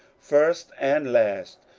first and last,